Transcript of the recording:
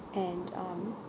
and um